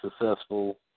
successful